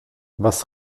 was